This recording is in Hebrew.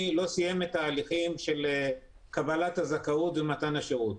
לא סיים את ההליכים של קבלת הזכאות למתן השירות.